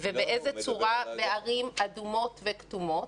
ובאיזה צורה בערים אדומות וכתומות?